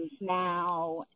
now